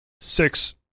six